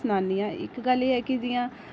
सनान्नी आं इक गल्ल एह् ऐ कि जि'यां